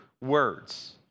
words